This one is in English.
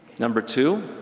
number two